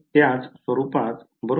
त्याच स्वरूपात बरोबर